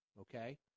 okay